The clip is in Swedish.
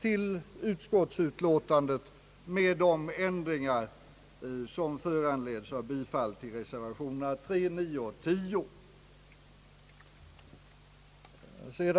till utskottsutlåtandet med de ändringar som föranleds av bifall till reservationerna nr III, IX och X.